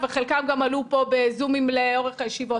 וחלקם גם עלו פה בזומים לאורך הישיבות.